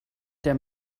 their